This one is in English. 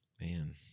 man